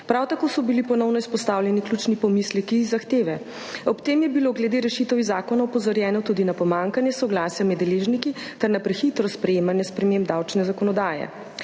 Prav tako so bili ponovno izpostavljeni ključni pomisleki iz zahteve. Ob tem je bilo glede rešitev iz zakona opozorjeno tudi na pomanjkanje soglasja med deležniki ter na prehitro sprejemanje sprememb davčne zakonodaje.